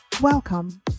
Welcome